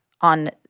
on